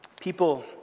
People